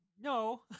No